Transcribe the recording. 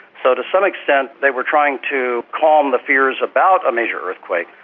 so to some extent they were trying to calm the fears about a major earthquake.